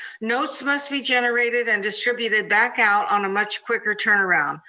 notes must be generated and distributed back out on a much quicker turnaround.